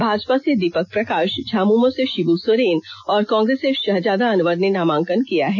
भाजपा से दीपक प्रकाष झामुमो से षिब् सोरेन और कांग्रेस से शहजादा अनवर ने नामांकन किया है